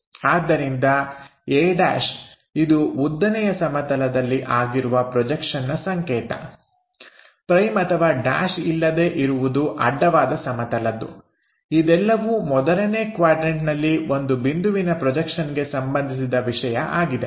ಆದ್ದರಿಂದ aʹ ಇದು ಉದ್ದನೆಯ ಸಮತಲದಲ್ಲಿ ಆಗಿರುವ ಪ್ರೊಜೆಕ್ಷನ್ನ ಸಂಕೇತ ' ʹ 'ಇಲ್ಲದೆ ಇರುವುದು ಅಡ್ಡವಾದ ಸಮತಲದ್ದು ಇದೆಲ್ಲವೂ ಮೊದಲನೇ ಕ್ವಾಡ್ರನ್ಟನಲ್ಲಿ ಒಂದು ಬಿಂದುವಿನ ಪ್ರೊಜೆಕ್ಷನ್ಗೆ ಸಂಬಂಧಿಸಿದ ವಿಷಯ ಆಗಿದೆ